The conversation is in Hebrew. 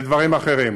וכן דברים אחרים.